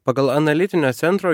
pagal analitinio centro